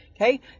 Okay